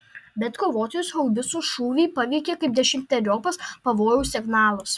bet kovotojus haubicų šūviai paveikė kaip dešimteriopas pavojaus signalas